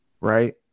right